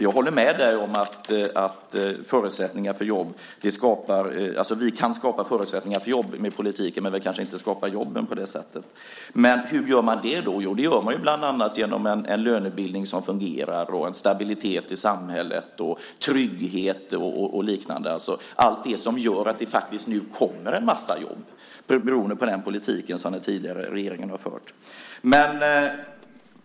Jag håller med dig om att vi genom politiken kan skapa förutsättningar för jobb, men vi kanske inte skapar jobben på det sättet. Hur gör man det? Jo, bland annat genom en lönebildning som fungerar, stabilitet i samhället, trygghet och liknande, allt det som gör att det nu kommer en mängd jobb beroende på den politik som den tidigare regeringen förde.